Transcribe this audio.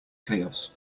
chaos